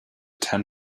ten